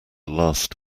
last